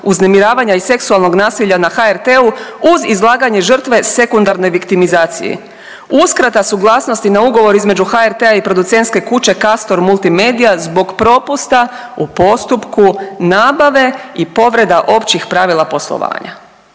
uznemiravanja i seksualnog nasilja na HRT-u uz izlaganje žrtve sekundarnoj viktimizaciji, uskrata suglasnosti na ugovor između HRT-a i producentske kuće Castor Multimedia zbog propusta u postupku nabave i povreda Općih pravila poslovanja.